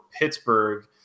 Pittsburgh